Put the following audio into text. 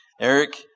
Eric